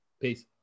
Peace